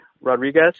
rodriguez